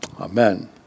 Amen